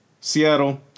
Seattle